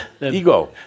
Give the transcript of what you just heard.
Ego